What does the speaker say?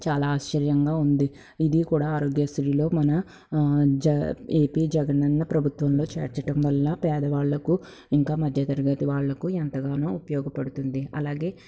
చాలా ఆశ్చర్యంగా ఉంది ఇది కూడా ఆరోగ్యశ్రీలో మన జ ఏపి జగనన్న ప్రభుత్వంలో చేర్చటంవల్ల పేదవాళ్ళకు ఇంకా మధ్యతరగతి వాళ్లకు ఎంతగానో ఉపయోగపడుతుంది అలాగే